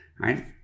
Right